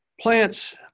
plants